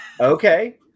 okay